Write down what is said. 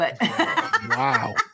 Wow